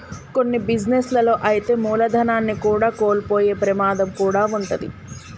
కొన్ని బిజినెస్ లలో అయితే మూలధనాన్ని కూడా కోల్పోయే ప్రమాదం కూడా వుంటది